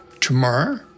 tomorrow